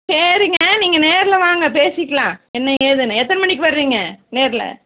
சரிங்க நீங்கள் நேரில் வாங்க பேசிக்கலாம் என்ன ஏதுன்னு எத்தனை மணிக்கு வருவீங்க நேரில்